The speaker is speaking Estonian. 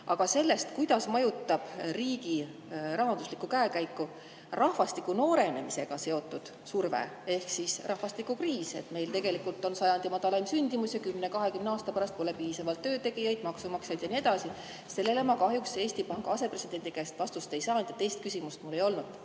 Aga sellest, kuidas mõjutab riigi rahanduslikku käekäiku rahvastiku noorenemisega seotud surve ehk siis rahvastikukriis … Meil on tegelikult sajandi madalaim sündimus ja kümne-kahekümne aasta pärast pole piisavalt töötegijaid, maksumaksjaid ja nii edasi. Sellele ma kahjuks Eesti Panga asepresidendi käest vastust ei saanud. Teist küsimust mul ei olnud